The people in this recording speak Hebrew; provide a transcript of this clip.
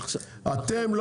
אתם כל